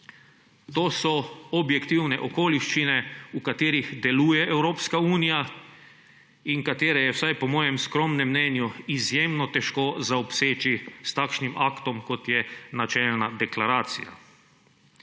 To so objektivne okoliščine, v katerih deluje Evropska unija in ki jih je, vsaj po mojem skromnem mnenju, izjemno težko zaobseči s takšnim aktom, kot je načelna deklaracija.